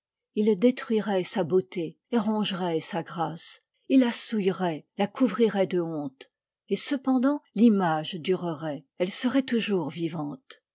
ils détruiraient sa beauté et rongeraient sa grâce ils la souilleraient la couvriraient de honte et cependant l'image durerait elle serait toujours vivante